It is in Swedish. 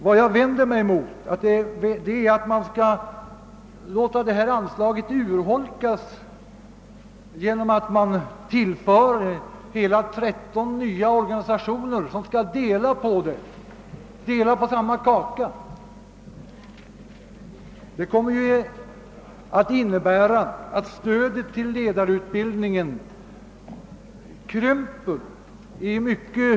Vad jag vänder mig mot är att man vill tillåta att anslaget urholkas genom att fördela samma summa på ett väsentligt större antal organisationer. Det kommer att innebära att stödet till ledarutbildningen krymper i mycket.